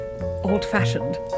old-fashioned